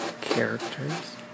characters